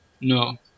No